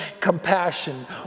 compassion